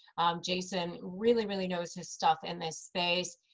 jason really, really knows his stuff in this space.